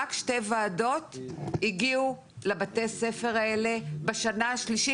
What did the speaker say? רק שתי ועדות הגיעו לבתי הספר האלה בשנה השלישית,